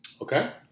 Okay